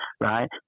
right